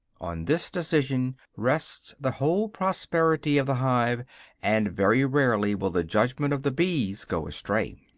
on this decision rests the whole prosperity of the hive and very rarely will the judgment of the bees go astray.